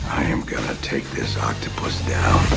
i am going to take this octopus down.